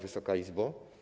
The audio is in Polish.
Wysoka Izbo!